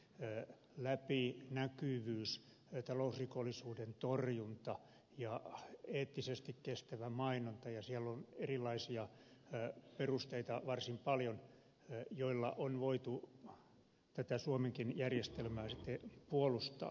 ne vähät piittaa verotusperusteet läpinäkyvyys talousrikollisuuden torjunta ja eettisesti kestävä mainonta ja siellä on erilaisia perusteita varsin paljon joilla on voitu tätä suomenkin järjestelmää puolustaa